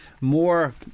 more